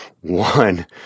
One